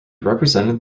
represented